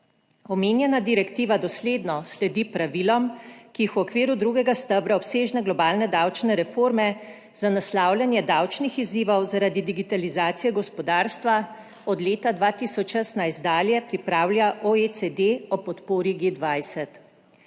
Omenjena direktiva dosledno sledi pravilom, ki jih v okviru drugega stebra obsežne globalne davčne reforme za naslavljanje davčnih izzivov, zaradi digitalizacije gospodarstva od leta 2016 dalje pripravlja OECD o podpori G-20.